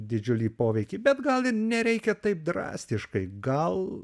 didžiulį poveikį bet gal nereikia taip drastiškai gal